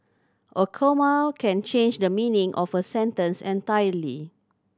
a comma can change the meaning of a sentence entirely